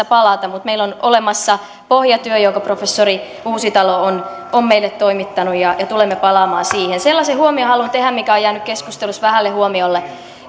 palata mutta meillä on olemassa pohjatyö jonka professori uusitalo on on meille toimittanut ja ja tulemme palaamaan siihen sellaisen huomion haluan tehdä joka on jäänyt keskustelussa vähälle huomiolle